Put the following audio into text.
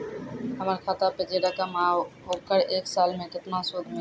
हमर खाता पे जे रकम या ओकर एक साल मे केतना सूद मिलत?